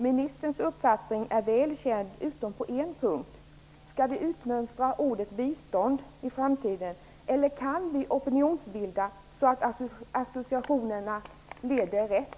Ministerns uppfattning är väl känd utom på en punkt. Skall vi utmönstra ordet bistånd i framtiden, eller kan vi opinionsbilda så att associationerna leder rätt?